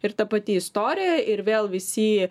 ir ta pati istorija ir vėl visi